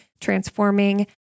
transforming